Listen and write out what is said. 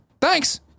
Thanks